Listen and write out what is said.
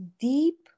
deep